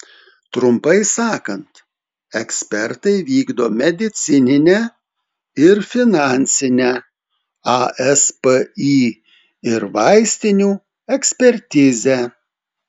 trumpai sakant ekspertai vykdo medicininę ir finansinę aspį ir vaistinių ekspertizę